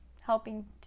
helping